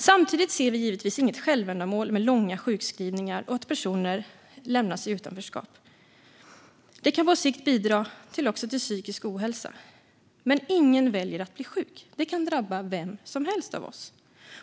Samtidigt ser vi givetvis inget självändamål med långa sjukskrivningar och att personer lämnas i utanförskap. Det kan på sikt bidra till psykisk ohälsa. Men ingen väljer att bli sjuk. Det kan drabba vem som helst av oss.